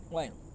why